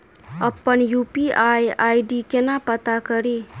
अप्पन UPI ID केना पत्ता कड़ी?